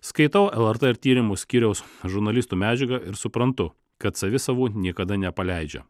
skaitau lrt ir tyrimų skyriaus žurnalistų medžiagą ir suprantu kad savi savų niekada nepaleidžia